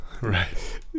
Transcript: Right